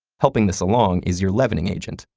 helping this along is your leavening agent,